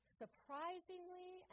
surprisingly